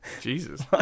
Jesus